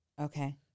Okay